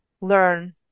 learn